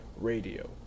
Radio